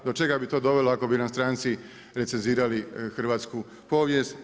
Do čega bi to dovelo ako bi nam stranci recenzirali hrvatsku povijest?